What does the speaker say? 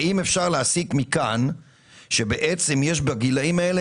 האם אפשר להסיק מכאן שבעצם יש בגילים האלה